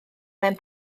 mewn